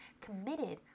committed